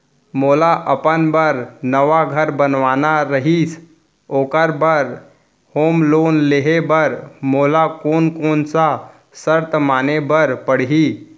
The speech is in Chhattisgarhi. मोला अपन बर नवा घर बनवाना रहिस ओखर बर होम लोन लेहे बर मोला कोन कोन सा शर्त माने बर पड़ही?